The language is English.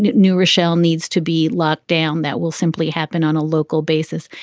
new rochelle needs to be locked down, that will simply happen on a local basis.